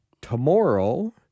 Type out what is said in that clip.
tomorrow